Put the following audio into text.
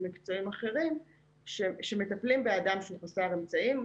מקצועיים אחרים שמטפלים באדם שהוא חסר אמצעים.